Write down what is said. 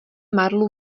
marlu